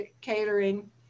catering